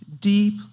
deep